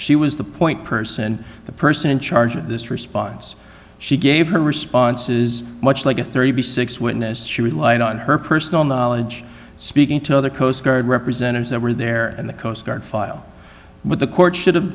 she was the point person the person in charge of this response she gave her responses much like a thirty six witness she relied on her personal knowledge speaking to other coast guard representatives that were there and the coast guard file with the courts should